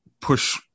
push